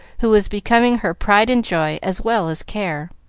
who was becoming her pride and joy as well as care.